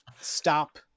stop